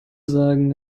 sagen